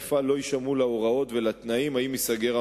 ואני מציע לאדוני להפנות את כל מי שחושב שהמפעל לא עומד בדרישות,